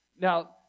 Now